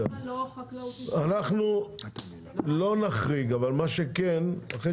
זה לא רק קטנים, יש כאן עוד